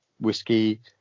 whiskey